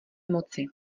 moci